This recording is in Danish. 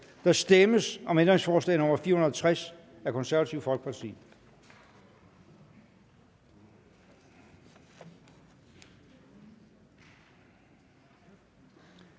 Der stemmes om ændringsforslag nr. 470 af Det Konservative Folkeparti